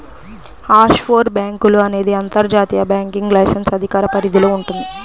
offshore బ్యేంకులు అనేది అంతర్జాతీయ బ్యాంకింగ్ లైసెన్స్ అధికార పరిధిలో వుంటది